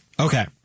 Okay